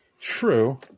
true